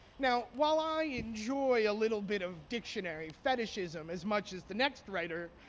now, while i enjoy a little bit of dictionary fetishism as much as the next writer,